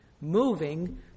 moving